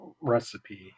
recipe